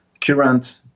current